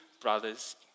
brothers